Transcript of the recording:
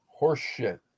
Horseshit